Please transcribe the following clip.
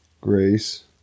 Grace